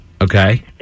Okay